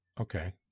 Okay